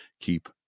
keep